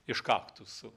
iš kaktusų